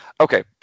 Okay